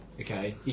okay